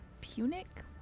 Punic